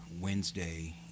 Wednesday